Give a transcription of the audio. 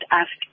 ask